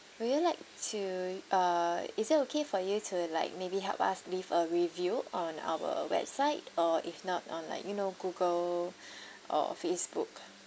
will you like to uh is it okay for you to like maybe help us leave a review on our website or if not on like you know Google or Facebook